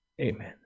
amen